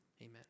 Amen